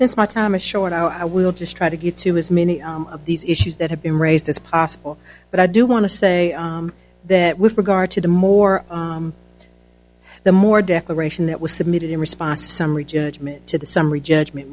since my time is short i will just try to get to as many of these issues that have been raised as possible but i do want to say that with regard to the more the more declaration that was submitted in response summary judgment to the summary judgment